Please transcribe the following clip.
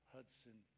Hudson